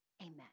Amen